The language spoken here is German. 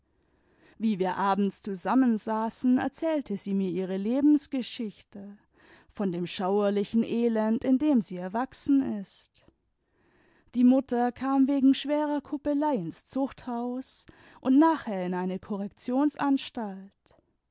wie wir abends zusammensaßen erzählte sie mir ihre lebensgeschichte von dem schauerlichen elend in dem sie erwachsen ist die mutter kam wegen schwerer kuppelei ins zuchthaus und nachher in eine